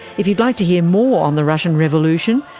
if you'd like to hear more on the russian revolution,